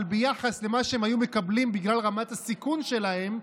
אבל ביחס למה שהם היו מקבלים בגלל רמת הסיכון שלהם,